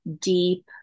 deep